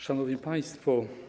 Szanowni Państwo!